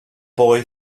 boy